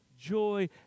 joy